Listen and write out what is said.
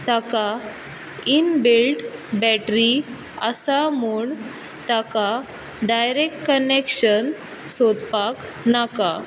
ताका inbuilt battery आसा म्हूण ताका डायरेक्ट कनेक्शन सोदपाक नाका